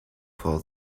fall